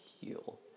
heal